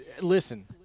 Listen